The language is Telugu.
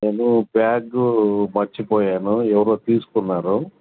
నేను బ్యాగు మర్చిపోయాను ఎవరో తీసుకున్నారు